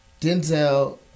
Denzel